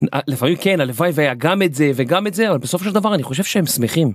לפעמים כן הלוואי והיה גם את זה וגם את זה אבל בסופו של דבר אני חושב שהם שמחים.